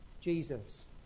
Jesus